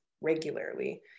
regularly